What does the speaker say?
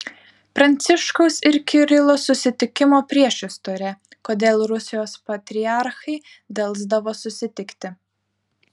pranciškaus ir kirilo susitikimo priešistorė kodėl rusijos patriarchai delsdavo susitikti